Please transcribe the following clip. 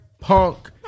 punk